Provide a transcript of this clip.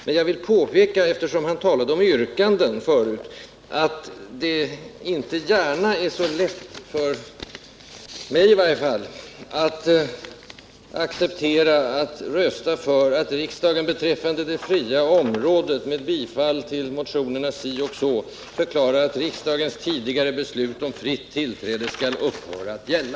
Men jag vill påpeka, eftersom han förut talade om yrkanden, att det inte skulle vara så lätt — för mig i varje fall — att acceptera att rösta för att riksdagen beträffande det fria området med bifall till motionerna 1978 79:121 i denna del förklarar att riksdagens tidigare beslut om fritt tillträde skall upphöra att gälla.